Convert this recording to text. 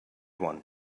one